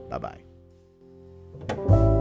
Bye-bye